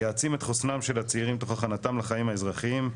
יעצים את חוסנם של הצעירים תוך הכנתם לחיים האזרחים,